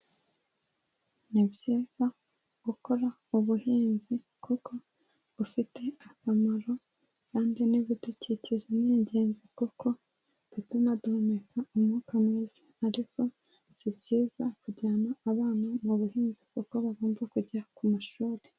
Ni byiza gukora ubuhinzi kuko bufite akamaro kandi n'ibidukikije ni ingenzi kuko bituma duhumeka umwuka mwiza ariko si byiza kujyana abana mu buhinzi kuko bagomba kujya ku mashuri.